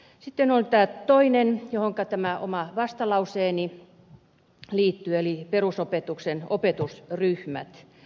sitten on tämä toinen asia johonka tämä oma vastalauseeni liittyy eli perusopetuksen opetusryhmät